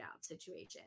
situation